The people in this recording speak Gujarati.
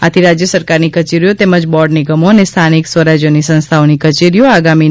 આથી રાજ્ય સરકારની કચેરીઓ તેમજ બોર્ડ નિગમો અને સ્થાનિક સ્વરાજ્યની સંસ્થાઓની કચેરીઓ આગામી તા